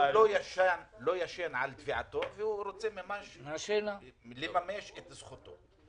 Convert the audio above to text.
לא ישן על תביעתו והוא רוצה לממש את זכותו.